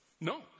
No